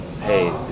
hey